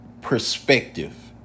perspective